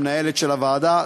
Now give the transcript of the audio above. המנהלת של הוועדה.